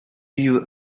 you